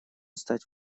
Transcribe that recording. стать